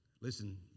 listen